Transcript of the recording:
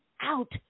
out